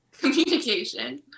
communication